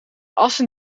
assen